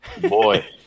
boy